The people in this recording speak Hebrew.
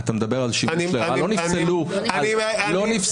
הוא יכול לתקן את חוקי היסוד.